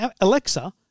Alexa